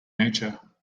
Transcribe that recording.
nature